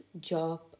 job